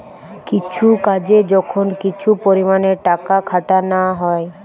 কিছু কাজে যখন কিছু পরিমাণে টাকা খাটানা হয়